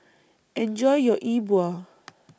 Enjoy your E Bua